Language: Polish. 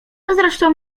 zresztą